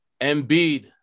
Embiid